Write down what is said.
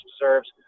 deserves